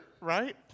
right